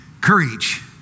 courage